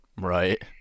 Right